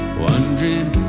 Wondering